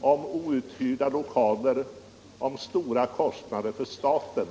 om outhyrda lokaler och om stora kostnader för staten.